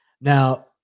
now